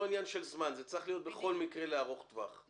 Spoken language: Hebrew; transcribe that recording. עניין של זמן אלא זה צריך להיות בכל מקרה ארוך טווח.